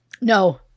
No